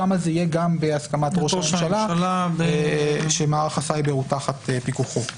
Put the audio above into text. שם זה יהיה גם בהסכמת ראש הממשלה שמערך הסייבר הוא תחת פיקוחו.